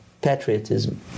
patriotism